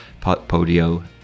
Podio